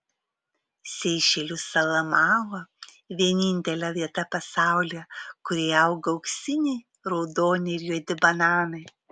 seišelių sala mao vienintelė vieta pasaulyje kurioje auga auksiniai raudoni ir juodi bananai